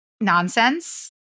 nonsense